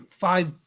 five